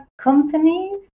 companies